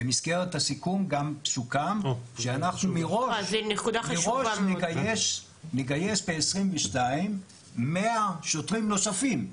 במסגרת הסיכום סוכם שאנחנו מראש נגייס ב-2022 100 שוטרים נוספים.